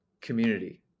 community